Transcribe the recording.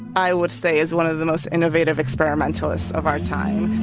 i would say, is one of the most innovative experimentalists of our time